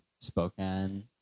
Spokane